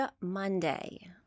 Monday